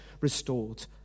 restored